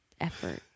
effort